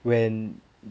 when